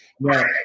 right